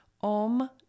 Om